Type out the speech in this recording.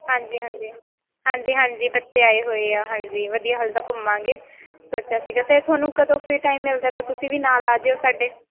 ਹਾਂਜੀ ਹਾਂਜੀ ਹਾਂਜੀ ਹਾਂਜੀ ਬੱਚੇ ਆਏ ਹੋਏ ਆ ਹਾਂਜੀ ਵਧੀਆ ਹਾਲੇ ਤਾਂ ਘੁੰਮਾਂਗੇ ਸੋਚਿਆ ਸੀਗਾ ਅਤੇ ਇਹ ਤੁਹਾਨੂੰ ਕਦੋਂ ਫਰੀ ਟਾਈਮ ਮਿਲਦਾ ਤਾਂ ਤੁਸੀਂ ਵੀ ਨਾਲ ਆ ਜਾਇਓ ਸਾਡੇ